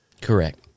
Correct